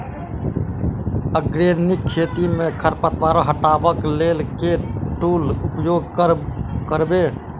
Organic खेती मे खरपतवार हटाबै लेल केँ टूल उपयोग करबै?